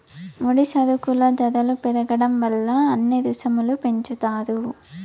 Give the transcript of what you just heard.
ముడి సరుకుల ధరలు పెరగడం వల్ల అన్ని రుసుములు పెంచుతారు